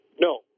No